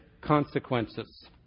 consequences